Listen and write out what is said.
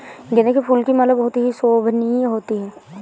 गेंदे के फूल की माला बहुत ही शोभनीय होती है